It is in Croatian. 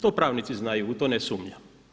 To pravnici znaju, u to ne sumnjam.